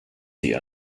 the